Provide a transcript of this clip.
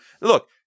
Look